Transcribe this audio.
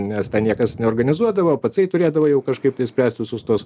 nes ten niekas neorganizuodavo patsai turėdavai jau kažkaip tai spręst visus tuos